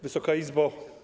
Wysoka Izbo!